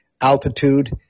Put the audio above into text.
altitude